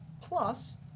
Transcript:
plus